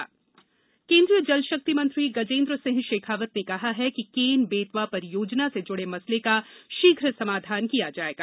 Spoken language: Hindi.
केन बेतवा लिंक केन्द्रीय जलशक्ति मंत्री गजेन्द्र सिंह शेखावत ने कहा है कि केन बेतवा परियोजना से जुड़े मसले का शीघ्र समाधान किया जायेगा